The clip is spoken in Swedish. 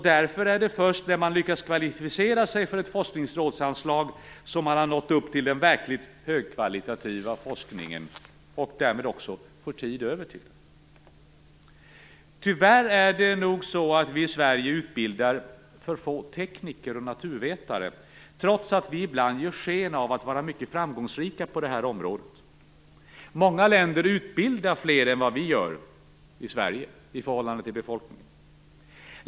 Därför är det först när man lyckas kvalificera sig för ett forskningsrådsanslag som man har nått upp till den verkligt högkvalitativa forskningen och därmed också får tid över till denna. Tyvärr är det nog så att vi i Sverige utbildar för få tekniker och naturvetare - trots att vi ibland gör sken av att vara mycket framgångsrika på det området. Många länder utbildar i förhållande till befolkningen mer än vad vi gör i Sverige.